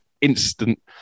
instant